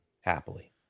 Happily